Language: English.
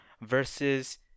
versus